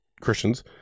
Christians